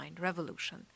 revolution